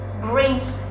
brings